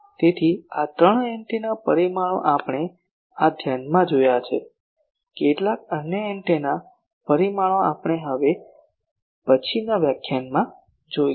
તેથી આ ત્રણ એન્ટેના પરિમાણો આપણે આ વ્યાખ્યાનમાં જોયા છે કેટલાક અન્ય એન્ટેના પરિમાણો આપણે હવે પછીનાં વ્યાખ્યાનમાં જોશું